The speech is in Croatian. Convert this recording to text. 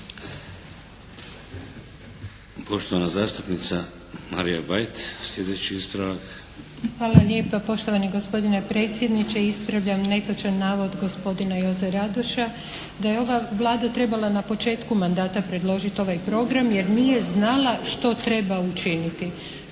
Poštovana zastupnica Marija Bajt sljedeći ispravak. **Bajt, Marija (HDZ)** Hvala lijepa poštovani gospodine predsjedniče. Ispravljam netočan navod gospodina Joze Radoša da je ova Vlada trebala na početku mandata predložiti ovaj program jer nije znala što treba učiniti.